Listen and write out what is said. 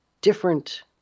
different